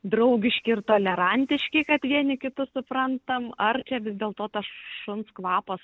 draugiški ir tolerantiški kad vieni kitus suprantam ar čia vis dėl tas šuns kvapas